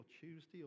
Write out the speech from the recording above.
Tuesday